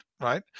right